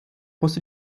musste